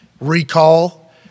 recall